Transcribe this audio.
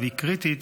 והיא קריטית,